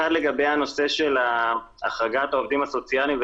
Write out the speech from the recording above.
לגבי הנושא של החרגת העובדים הסוציאליים,